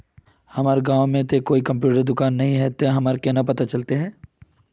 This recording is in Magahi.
हमर गाँव में ते कोई कंप्यूटर दुकान ने है ते हमरा केना पता चलते है?